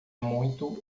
muito